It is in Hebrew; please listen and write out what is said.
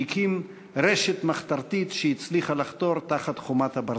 שהקים רשת מחתרתית שהצליחה לחתור תחת חומת הברזל.